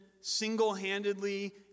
single-handedly